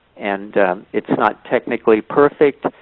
and it's not technically perfect,